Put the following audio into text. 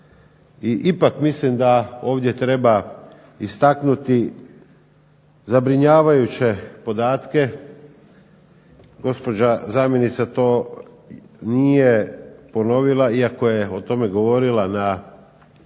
ipak mislim da ovdje treba istaknuti zabrinjavajuće podatke, gospođa zamjenica to nije ponovila iako je o tome govorila na